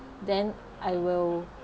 then I will